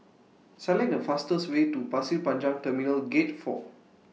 Select The fastest Way to Pasir Panjang Terminal Gate four